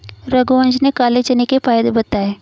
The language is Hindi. रघुवंश ने काले चने के फ़ायदे बताएँ